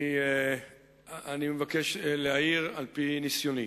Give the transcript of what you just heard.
אני מבקש להעיר על-פי ניסיוני.